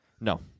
No